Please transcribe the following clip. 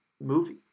movie